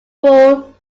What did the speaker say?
rule